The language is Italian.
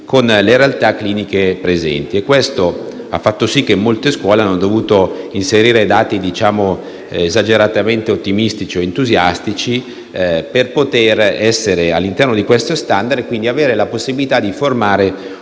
alle realtà cliniche presenti e ciò ha fatto sì che molte scuole hanno dovuto inserire dati esageratamente ottimistici o entusiastici per poter essere all'interno di tali *standard* e quindi avere la possibilità di formare